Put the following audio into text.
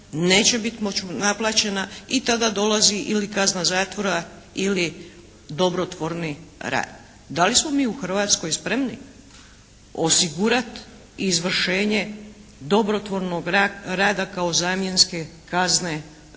neće biti moći naplaćena i tada dolazi ili kazna zatvora ili dobrotvorni rad. Da li smo mi u Hrvatskoj spremni osigurati izvršenje dobrotvornog rada kao zamjenske kazne za